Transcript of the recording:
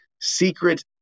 secret